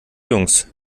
jungs